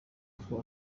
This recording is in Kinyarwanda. uko